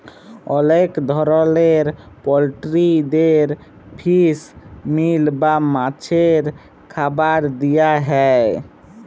অলেক ধরলের পলটিরিদের ফিস মিল বা মাছের খাবার দিয়া হ্যয়